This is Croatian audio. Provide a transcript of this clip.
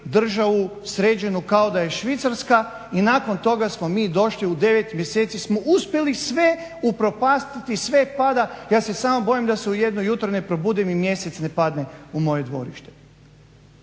državu sređenu kao da je Švicarska i nakon toga smo mi došli, u 9 mjeseci smo uspjeli sve upropastiti, sve pada. Ja se samo bojim da su jedno jutro ne probudim i mjesec ne padne u moje dvorište.